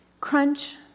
Crunch